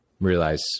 realize